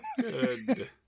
Good